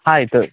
ಆಯಿತು